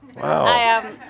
Wow